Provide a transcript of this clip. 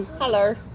Hello